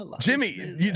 Jimmy